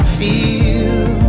feel